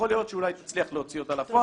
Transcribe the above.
יכול להיות שאולי היא תצליח להוציא אותה לפועל,